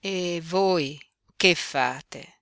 e voi che fate